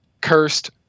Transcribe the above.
cursed